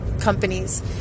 companies